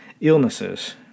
illnesses